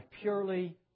purely